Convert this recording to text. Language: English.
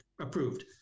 approved